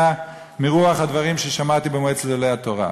מרוח הדברים ששמעתי במועצת גדולי התורה: